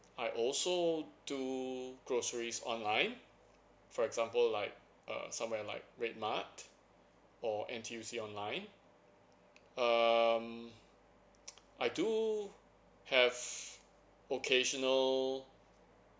I also do groceries online for example like uh somewhere like redmart or N_T_U_C online um I do have occasional